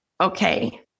Okay